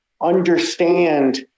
understand